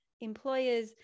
employers